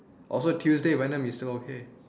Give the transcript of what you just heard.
oh so Tuesday you went then you saw okay